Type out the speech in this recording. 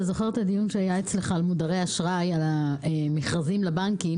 אתה זוכר את הדיון שהיה אצלך על מודרי אשראי על מכרזים לבנקים